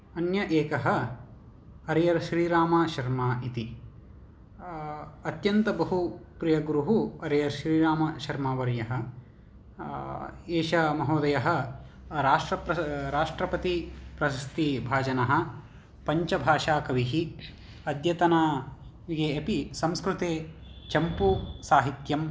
अन्य एकः हरिहरश्रीरामशर्मा इति अत्यन्त बहु प्रियगुरुः हरिहरश्रीरामशर्मावर्यः एष महोदयः राष्ट्रप्रश राष्ट्रपतिप्रशस्तिभाजनः पञ्चभाषाकविः अद्यतन दिने अपि संस्कृते चम्पूसाहित्यं